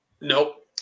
Nope